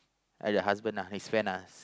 at the husband uh his friend ask